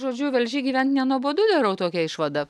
žodžiu velžy gyvent nenuobodu darau tokią išvadą